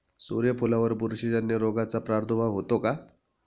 सूर्यफुलावर बुरशीजन्य रोगाचा प्रादुर्भाव होतो का?